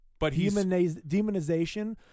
demonization